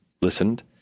listened